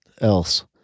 else